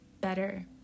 better